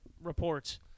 reports